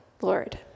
Lord